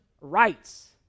Rights